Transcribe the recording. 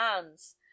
hands